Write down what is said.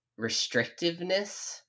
restrictiveness